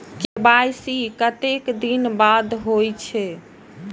KYC कतेक दिन बाद होई छै?